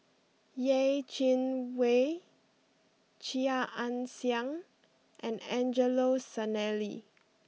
Yeh Chi Wei Chia Ann Siang and Angelo Sanelli